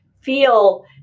feel